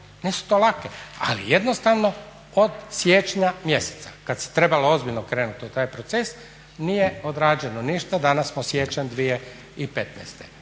lake odluke, ali jednostavno od siječnja mjeseca kad se trebalo ozbiljno krenut u taj proces nije odrađeno ništa. Danas smo siječanj 2015.,